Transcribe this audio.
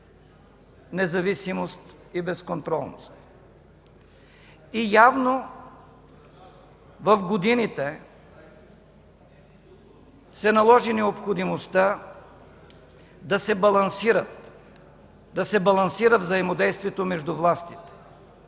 независимост и безконтролност, и явно в годините се наложи необходимостта да се балансира взаимодействието между властите.